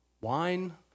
Wine